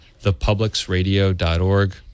thepublicsradio.org